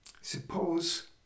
suppose